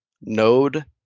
node